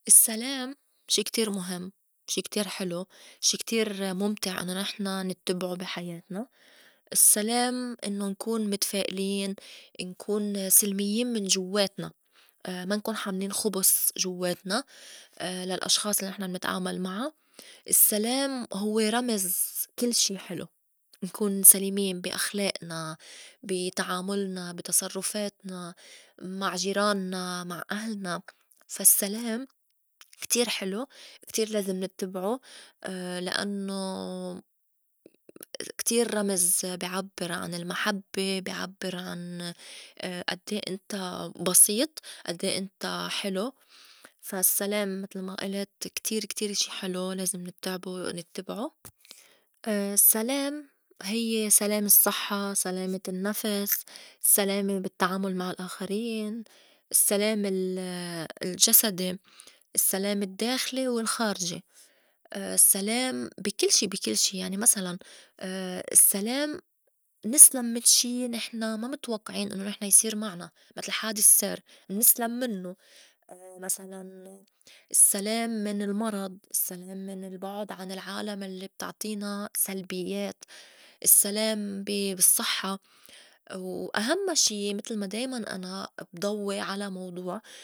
السّلام شي كتير مُهم، شي كتير حلو، شي كتير مُمتع إنّو نحن نتّبعو بي حياتنا، السّلام إنّو نكون متفائلين، نكون سلميّن من جوّاتنا ما نكون حاملين خبُس جوّاتنا للأشخاص الّي نحن منتعامل معا، السّلام هوّ رمز كل شي حلو، نكون سليمين بي أخلِائنا، بي تعامُلنا بي تصرُّفاتنا مع جيرانّا مع أهلنا، فا السّلام كتير حلو، كتير لازم نتّبعو لأنّو كتير رمز بي عبّر عن المحبّة، بي عبّر عن أدّيه إنت بسيط أدّيه إنت حلو. فا السّلام متل ما ألت كتير كتير شي حلو لازم نتّعبو نتّبعو السّلام هيّ سلام الصحّة، سلامة النّفس، سلامة بالتّعامُل مع الآخرين، السّلام ال- الجسدي، السّلام الدّاخلي والخارجي، السّلام بي- كل- شي- بي كل شي يعني مسلاً السّلام نسْلَم من شي نحن ما متوقعين إنّو نحن يصير معنا متل حادس سير منسْلَم منّو، مسلاً السّلام من المرض، السّلام من البُعد عن العالم الّي بتعطينا سلبيّات، السّلام بي- بالصحّة، وأهمّا شي متل ما دايماً أنا بضوّي على موضوع.